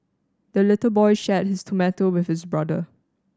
the little boy shared his tomato with his brother